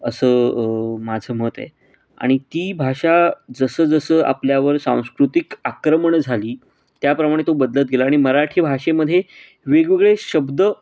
असं माझं मत आहे आणि ती भाषा जसं जसं आपल्यावर सांस्कृतिक आक्रमणं झाली त्याप्रमाणे तो बदलत गेला आणि मराठी भाषेमध्ये वेगवेगळे शब्द